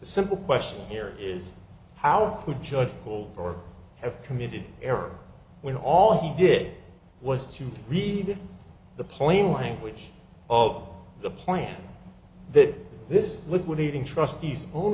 simple question here is how could judge hold or have committed error when all he did was to read the plain language of the plan that this liquidating trustees